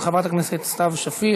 של חברת הכנסת סתיו שפיר,